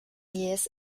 jähes